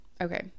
okay